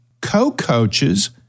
co-coaches